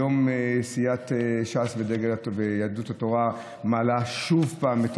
היום סיעת ש"ס ויהדות התורה מעלות שוב פעם את